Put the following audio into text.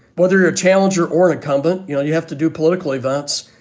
whether your challenger or an incumbent, you know, you have to do political events,